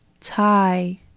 tie